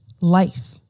life